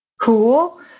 Cool